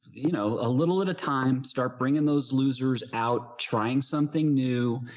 you know, a little at a time, start bringing those losers out, trying something new.